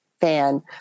fan